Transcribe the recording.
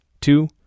Two